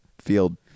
field